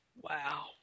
Wow